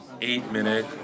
eight-minute